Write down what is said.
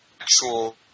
actual